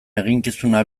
eginkizuna